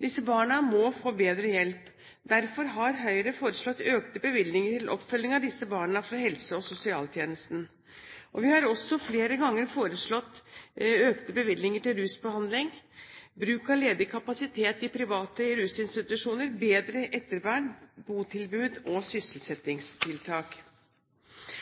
Disse barna må få bedre hjelp. Derfor har Høyre foreslått økte bevilgninger til oppfølging av disse barna fra helse- og sosialtjenesten. Vi har også flere ganger foreslått økte bevilgninger til rusbehandling, bruk av ledig kapasitet i private rusinstitusjoner, bedre ettervern, botilbud og